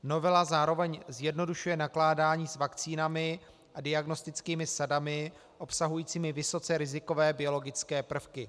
Novela zároveň zjednodušuje nakládání s vakcínami a diagnostickými sadami obsahujícími vysoce rizikové biologické prvky.